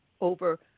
over